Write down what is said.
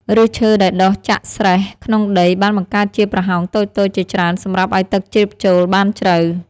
ឫសឈើដែលដុះចាក់ស្រែះក្នុងដីបានបង្កើតជាប្រហោងតូចៗជាច្រើនសម្រាប់ឱ្យទឹកជ្រាបចូលបានជ្រៅ។